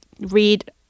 read